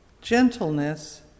gentleness